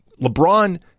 LeBron